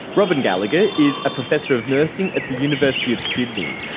robyn gallagher is a professor of nursing at the university of sydney.